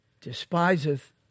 despiseth